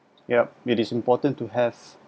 yup it is important to have